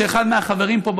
שאחד מהחברים פה,